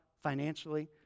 financially